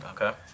Okay